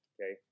okay